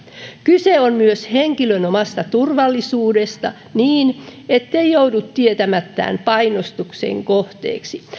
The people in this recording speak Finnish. kyse on myös henkilön omasta turvallisuudesta niin ettei joudu tietämättään painostuksen kohteeksi